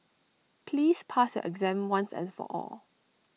please pass your exam once and for all